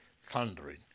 thundering